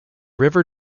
river